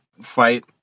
fight